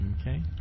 Okay